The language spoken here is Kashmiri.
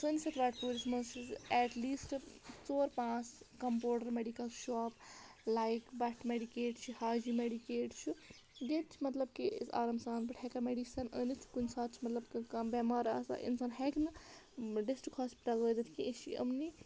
سٲنِس یَتھ وَٹہٕ پوٗرِس منٛز چھِ ایٹ لیٖسٹ ژور پانٛژھ کَمپوڈَر میٚڈِکَل شاپ لایِک بَٹھ میٚڈِکیٹ چھِ حاجی میٚڈِکیٹ چھُ ییٚتہِ چھِ مطلب کہِ أسۍ آرام سان پٲٹھۍ ہٮ۪کان میٚڈِسَن أنِتھ کُنہِ ساتہٕ چھِ مطلب کانٛہہ بٮ۪مار آسان اِنسان ہٮ۪کہِ نہٕ ڈِسٹِرٛک ہاسپِٹل وٲتِتھ کیٚنٛہہ أسۍ چھِ یہِ یِمنٕے